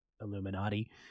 Illuminati